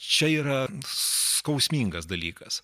čia yra skausmingas dalykas